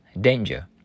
danger